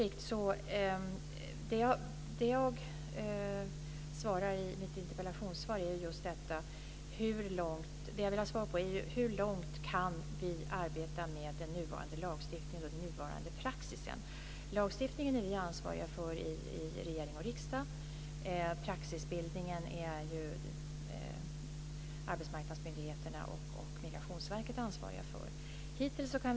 Det jag tar upp i mitt interpellationssvar gäller hur långt vi kan arbeta med den nuvarande lagstiftningen och nuvarande praxis, på kort sikt. Vi i regering och riksdag är ansvariga för lagstiftningen. Arbetsmarknadsmyndigheterna och Migrationsverket är ansvariga för praxisbildningen.